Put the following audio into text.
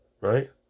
Right